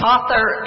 Author